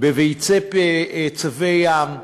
בביצי צבי ים,